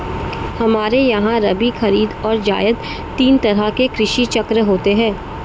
हमारे यहां रबी, खरीद और जायद तीन तरह के कृषि चक्र होते हैं